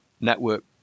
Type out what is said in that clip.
network